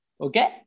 okay